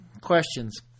Questions